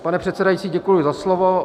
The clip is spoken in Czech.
Pane předsedající, děkuji za slovo.